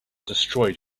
destroyed